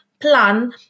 plan